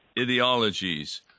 ideologies